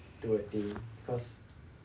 to attain cause